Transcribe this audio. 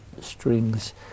Strings